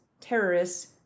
terrorists